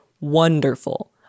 wonderful